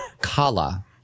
Kala